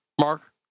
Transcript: Mark